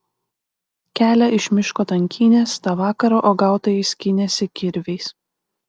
kelią iš miško tankynės tą vakarą uogautojai skynėsi kirviais